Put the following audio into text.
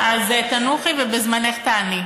אז תנוחי, ובזמנך תעני.